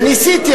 וניסיתי,